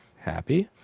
happy.